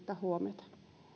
huomiota